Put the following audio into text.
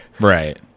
right